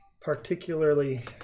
particularly